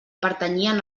pertanyien